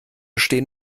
stehen